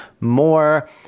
more